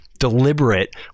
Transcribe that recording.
deliberate